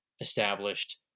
established